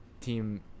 team